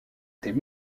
tes